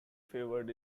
favored